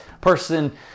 person